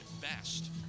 best